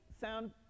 sound